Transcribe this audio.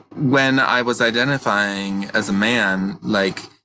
when i was identifying as a man, like